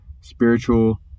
spiritual